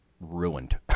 ruined